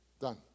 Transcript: Done